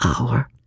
hour